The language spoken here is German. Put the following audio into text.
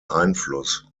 einfluss